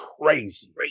crazy